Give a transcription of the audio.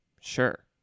Sure